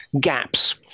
gaps